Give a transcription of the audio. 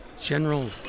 general